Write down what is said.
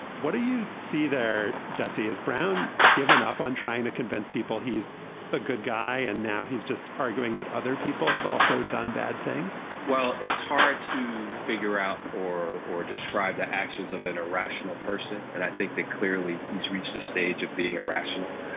what do you see there. jesse has brown given up on trying to convince people he's a good guy and now he's just arguing that other people have also done bad things well it's hard to figure out or or describe the actions of an irrational person. and i think that clearly he's reached the stage of being irrational.